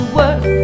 work